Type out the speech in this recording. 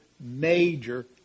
major